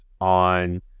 on